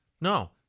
No